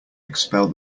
expel